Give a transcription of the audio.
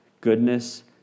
goodness